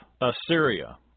Assyria